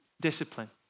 discipline